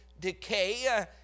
decay